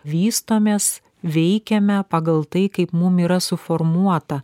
vystomės veikiame pagal tai kaip mum yra suformuota